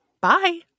Bye